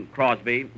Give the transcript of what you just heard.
Crosby